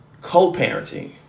co-parenting